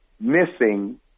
missing